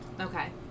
Okay